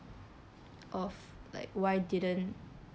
of like why didn't